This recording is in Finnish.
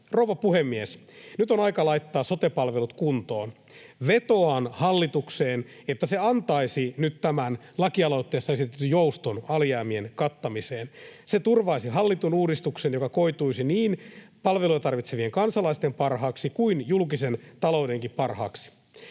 Rouva puhemies! Nyt on aika laittaa sote-palvelut kuntoon. Vetoan hallitukseen, että se antaisi nyt tämän lakialoitteessa esitetyn jouston alijäämien kattamiseen. Se turvaisi hallitun uudistuksen, joka koituisi niin palveluja tarvitsevien kansalaisten parhaaksi kuin julkisen taloudenkin parhaaksi.